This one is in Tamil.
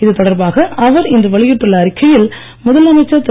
இது தொடர்பாக அவர் இன்று வெளியிட்டுள்ள அறிக்கையில் முதலமைச்சர் திரு